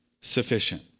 sufficient